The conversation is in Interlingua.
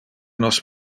nos